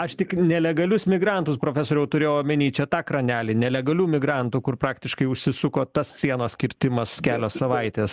aš tik nelegalius migrantus profesoriau turėjau omeny čia tą kranelį nelegalių migrantų kur praktiškai užsisuko tas sienos kirtimas kelios savaitės